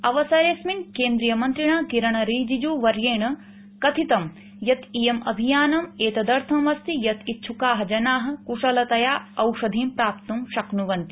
अवसरेस्मिन् केंद्रीय मंत्रिणा किरण रिजिज्ञ वर्येण कथितं यत् इयम् अभियानम् एतदर्थं अस्ति यत् इच्छुका जना कुशलतया औषधिम् प्राप्तुम् शक्रुवंति